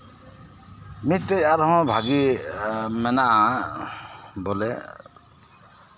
ᱢᱤᱫᱴᱮᱡ ᱟᱨᱦᱚᱸ ᱵᱷᱟᱜᱮ ᱢᱮᱱᱟᱜᱼᱟ ᱵᱚᱞᱮ